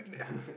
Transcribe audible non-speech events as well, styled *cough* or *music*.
*laughs*